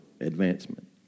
advancement